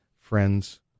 friends